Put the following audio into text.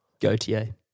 Gautier